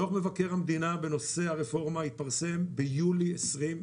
דוח מבקר המדינה בנושא הרפורמה התפרסם ביולי 2020,